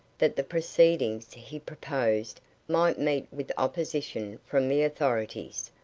that the proceedings he proposed might meet with opposition from the authorities,